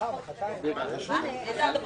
חבל שהמציעים לא פה